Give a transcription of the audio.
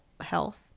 health